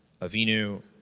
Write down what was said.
Avinu